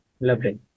Lovely